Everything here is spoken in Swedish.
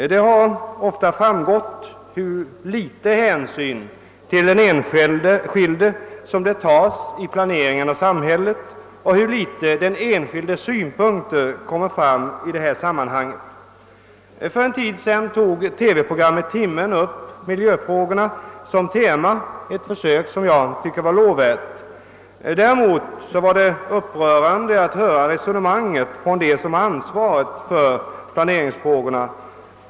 Det har ofta framgått hur litet hänsyn till den enskilde som tas vid planeringen av samhället och hur litet den enskildes synpunkter beaktas i detta sammanhang. För en tid sedan tog TV-programmet »Timmen» upp miljöfrågorna som tema — ett försök som jag anser lovvärt. Däremot var det upprörande att höra det resonemang som fördes av dem som bär ansvaret för planeringsfrågorna.